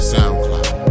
SoundCloud